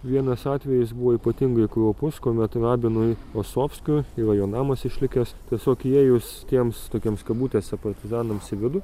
vienas atvejis buvo ypatingai kraupus kuomet rabinui posofskiui yra jo namas išlikęs tiesiog įėjus tiems tokiems kabutėse partizanams į vidų